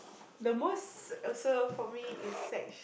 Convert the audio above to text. the most also for me is sex